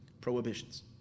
prohibitions